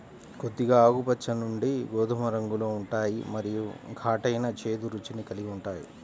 కొద్దిగా ఆకుపచ్చ నుండి గోధుమ రంగులో ఉంటాయి మరియు ఘాటైన, చేదు రుచిని కలిగి ఉంటాయి